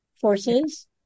forces